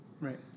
Right